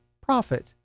profit